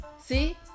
See